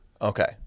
Okay